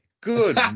Good